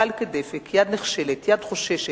קל כדפק יד נחשלת/ יד חוששת,